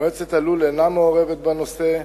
מועצת הלול אינה מעורבת בנושא,